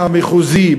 מהמחוזי,